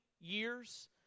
years